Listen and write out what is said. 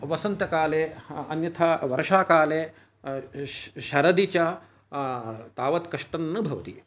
वसन्तकाले अन्यथा वर्षाकाले शरदी च तावत् कष्टं न भवति